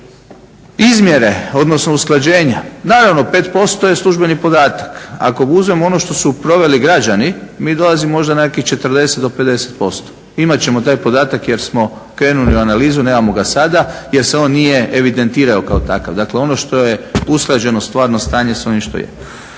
Izmjere, odnosno usklađenja. Naravno 5% je službeni podatak. Ako uzmemo ono što su proveli građani mi dolazimo možda na nekakvih 40 do 50%. Imat ćemo taj podatak jer smo krenuli u analizu, nemamo ga sada jer se on nije evidentirao kao takav. Dakle, ono što je usklađeno stvarno stanje sa onim što je.